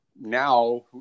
now